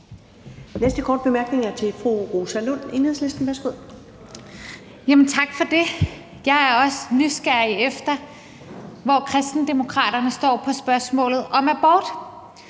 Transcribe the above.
næste korte bemærkning er til fru Rosa Lund, Enhedslisten. Værsgo. Kl. 20:20 Rosa Lund (EL): Tak for det. Jeg er også nysgerrig efter, hvor Kristendemokraterne står i spørgsmålet om abort.